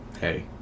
hey